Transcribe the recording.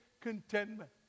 contentment